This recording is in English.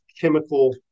chemical